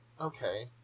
Okay